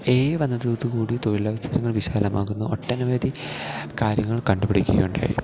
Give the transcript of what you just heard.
A I വന്നതോടുകൂടി തൊഴിലവസരങ്ങൾ വിശാലമാകുന്ന ഒട്ടനവധി കാര്യങ്ങൾ കണ്ടുപിടിക്കുകയുണ്ടായി